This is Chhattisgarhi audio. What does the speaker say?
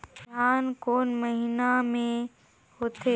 धान कोन महीना मे होथे?